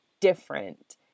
different